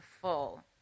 full